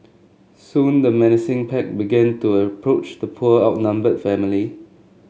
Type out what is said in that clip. soon the menacing pack began to approach the poor outnumbered family